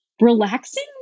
relaxing